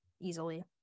easily